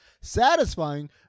satisfying